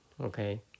Okay